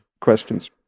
questions